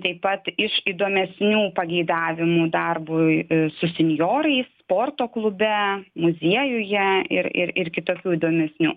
taip pat iš įdomesnių pageidavimų darbui su senjorais sporto klube muziejuje ir ir kitokių įdomesnių